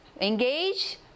Engage